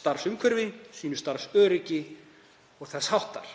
starfsumhverfi sínu, starfsöryggi og þess háttar.